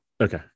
Okay